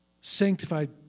sanctified